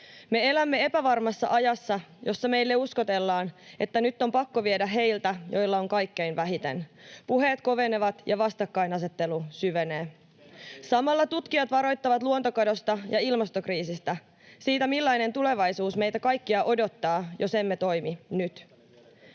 Me elämme epävarmassa ajassa, jossa meille uskotellaan, että nyt on pakko viedä heiltä, joilla on kaikkein vähiten. Puheet kovenevat, ja vastakkainasettelu syvenee. Samalla tutkijat varoittavat luontokadosta ja ilmastokriisistä, siitä, millainen tulevaisuus meitä kaikkia odottaa, jos emme toimi nyt.